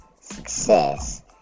success